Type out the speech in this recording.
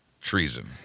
treason